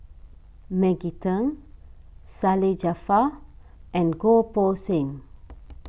Maggie Teng Salleh Japar and Goh Poh Seng